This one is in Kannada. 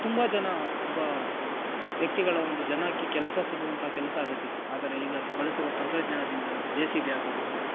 ತುಂಬ ಜನ ಒಬ್ಬ ವ್ಯಕ್ತಿಗಳ ಒಂದು ಜನಕ್ಕೆ ಕೆಲಸ ಸಿಗುವಂಥ ಕೆಲಸ ಆಗುತ್ತಿತ್ತು ಆದರೆ ಈಗ ಬಳಸುವ ತಂತ್ರಜ್ಞಾನದಿಂದ ಜೆ ಸಿ ಬಿ ಆಗಬಹುದು